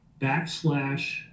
backslash